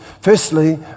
Firstly